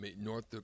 North